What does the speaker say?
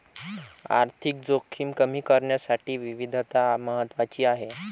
आर्थिक जोखीम कमी करण्यासाठी विविधता महत्वाची आहे